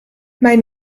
mijn